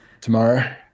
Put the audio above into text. tomorrow